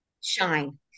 shine